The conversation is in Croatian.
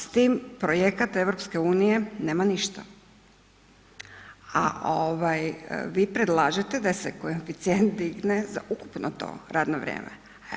S tim projekat EU nema ništa, a vi predlaže da se koeficijent digne za ukupno to radno vrijeme.